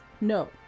No